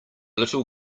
little